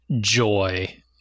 joy